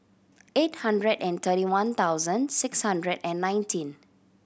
eight hundred and thirty one thousand six hundred and nineteen